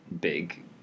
big